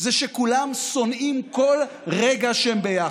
זה שכולם שונאים כל רגע שהם ביחד.